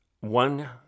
One